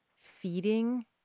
feeding